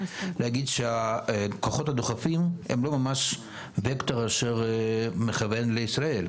להגיש שהכוחות הדוחפים הם לא וקטור אשר מכוון לישראל.